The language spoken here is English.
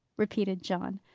repeated john.